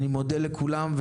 אני מודה לכולם.